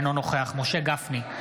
אינו נוכח משה גפני,